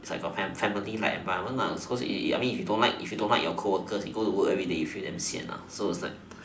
type of fam~ family like environment cause I mean if you don't like if you don't like your coworkers you go to work everyday you feel damn sian so is like